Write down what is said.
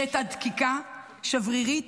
היא הייתה דקיקה, שברירית,